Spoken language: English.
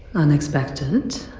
unexpected.